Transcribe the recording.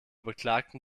beklagten